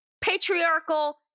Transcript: patriarchal